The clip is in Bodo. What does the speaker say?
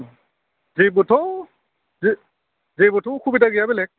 अ जेबोथ' बे जेबोथ' उसुबिदा गैया बेलेग